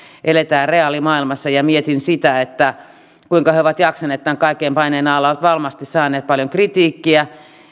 eletään kuitenkin reaalimaailmassa ja mietin kuinka he ovat jaksaneet tämän kaiken paineen alla he ovat varmasti saaneet paljon kritiikkiä